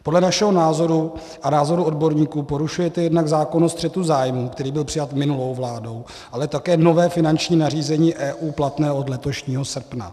Podle našeho názoru a názoru odborníků porušujete jednak zákon o střetu zájmů, který byl přijat minulou vládou, ale také nové finanční nařízení EU platné od letošního srpna.